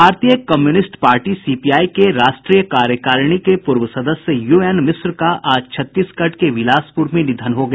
भारतीय communist party CPI के राष्ट्रीय कार्यकारिणी के पूर्व सदस्य यू एन मिश्र का आज छत्तीसगढ़ के विलासप्र में निधन हो गया